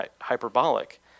hyperbolic